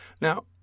Now